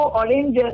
orange